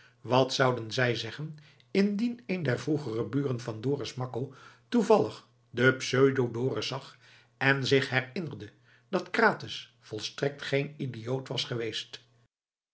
wat zouden zij zeggen indien een der vroegere buren van dorus makko toevallig den pseudo dorus zag en zich herinnerde dat krates volstrekt geen idioot was geweest